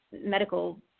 medical